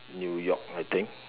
New-York I think